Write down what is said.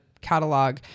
catalog